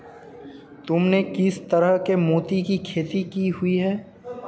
तुमने किस तरह के मोती की खेती की हुई है?